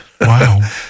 Wow